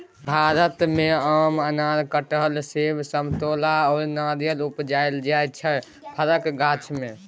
भारत मे आम, अनार, कटहर, सेब, समतोला आ नारियर उपजाएल जाइ छै फरक गाछ मे